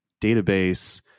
database